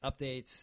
updates